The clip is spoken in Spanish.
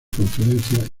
conferencias